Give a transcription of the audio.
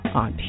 on